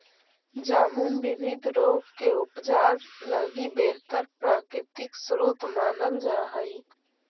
जामुन विविध रोग के उपचार लगी बेहतर प्राकृतिक स्रोत मानल जा हइ